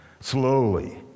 slowly